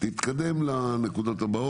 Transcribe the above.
תתקדם לנקודות הבאות.